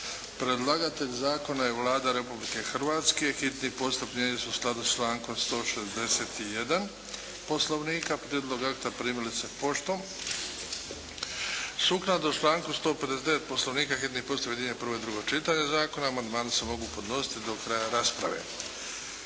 Predlagatelj zakona je Vlada Republike Hrvatske. Hitni postupak primjenjuje se u skladu s člankom 161. Poslovnika. Prijedlog akta primili ste poštom. Sukladno članku 159. Poslovnika, hitni postupak objedinjuje prvo i drugo čitanje zakona. Amandmani se mogu podnositi do kraja rasprave.